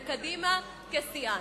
וקדימה שיאן.